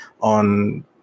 on